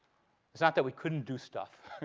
it's not that we couldn't do stuff